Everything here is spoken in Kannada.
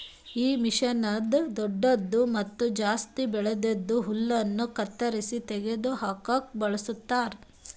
ಈ ಮಷೀನ್ನ್ನಿಂದ್ ದೊಡ್ಡು ಮತ್ತ ಜಾಸ್ತಿ ಬೆಳ್ದಿದ್ ಹುಲ್ಲನ್ನು ಕತ್ತರಿಸಿ ತೆಗೆದ ಹಾಕುಕ್ ಬಳಸ್ತಾರ್